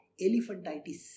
elephantitis